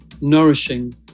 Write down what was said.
nourishing